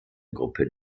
gruppe